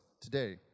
today